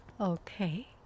Okay